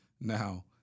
now